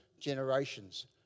generations